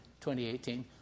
2018